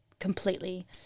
completely